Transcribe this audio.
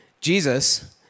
Jesus